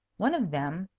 one of them,